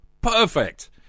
Perfect